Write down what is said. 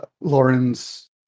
Lauren's